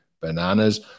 Bananas